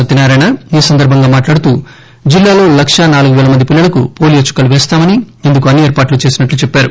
సత్యనారాయణ ఈ సందర్బంగా మాట్లాడుతూ జిల్లాలో లకా నాలుగు పేల మంది పిల్లలకు పోలీయో చుక్కలు వేస్తామని ఇందుకు అన్ని ఏర్పాట్లు చేసినట్లు చెప్పారు